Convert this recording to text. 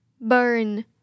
burn